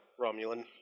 Romulan